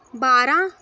बारां